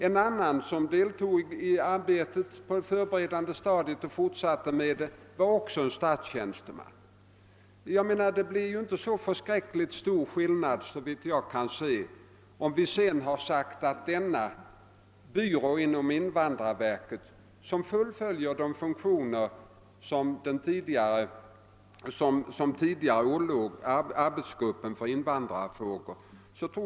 En annan man som deltog i arbetet i arbetsgruppen fortsatte med samma uppgifter i en ny tjänst; han var också statstjänsteman. Det blir ju inte så stor skillnad, såvitt jag kan se, om en byrå inom invandrarverket får fullfölja de funktioner som tidigare ålåg arbetsgruppen för invandrarfrågor.